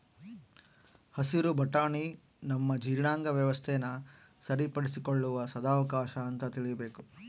ಹಸಿರು ಬಟಾಣಿ ನಮ್ಮ ಜೀರ್ಣಾಂಗ ವ್ಯವಸ್ಥೆನ ಸರಿಪಡಿಸಿಕೊಳ್ಳುವ ಸದಾವಕಾಶ ಅಂತ ತಿಳೀಬೇಕು